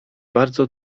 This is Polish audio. bardzo